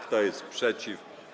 Kto jest przeciw?